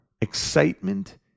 excitement